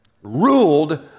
Ruled